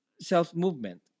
self-movement